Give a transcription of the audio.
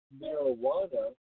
marijuana